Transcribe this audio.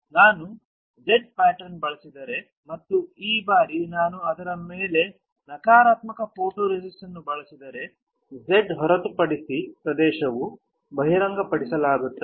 ನಾನು Z pattern ಬಳಸಿದರೆ ಮತ್ತು ಈ ಬಾರಿ ನಾನು ಅದರ ಮೇಲೆ ನಕಾರಾತ್ಮಕ ಫೋಟೊರೆಸಿಸ್ಟ್ ಅನ್ನು ಬಳಸಿದರೆ Z ಹೊರತುಪಡಿಸಿ ಪ್ರದೇಶವು ಬಹಿರಂಗಪಡಿಸಲುತ್ತದೆ